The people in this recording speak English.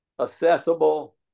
accessible